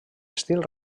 estil